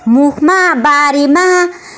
मुखमा बारीमा